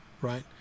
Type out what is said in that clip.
right